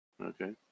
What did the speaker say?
Okay